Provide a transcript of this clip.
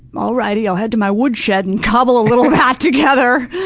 all righty, i'll head to my woodshed and cobble a little hat together.